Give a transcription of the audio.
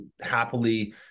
happily